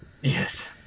Yes